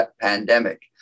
pandemic